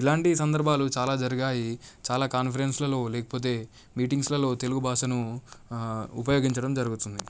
ఇలాంటి సందర్భాలు చాలా జరిగాయి చాలా కాన్ఫరెన్స్లలో లేకపోతే మీటింగ్స్లలో తెలుగు భాషను ఉపయోగించడం జరుగుతుంది